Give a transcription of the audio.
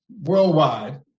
worldwide